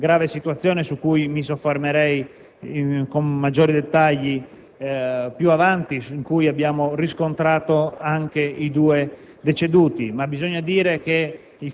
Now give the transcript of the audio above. grave situazione su cui mi soffermerei con maggiori dettagli più avanti, in cui abbiamo registrato anche i due deceduti,